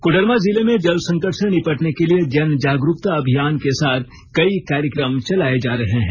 कोडरमा जिले में जल संकट से निपटने के लिए जन जागरूकता अभियान के साथ कई कार्यक्रम चलाए जा रहे हैं